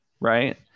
Right